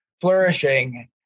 flourishing